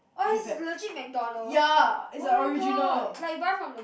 oh it's legit McDonald's oh-my-god like buy from the